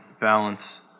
balance